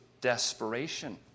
desperation